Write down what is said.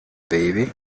baby